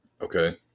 Okay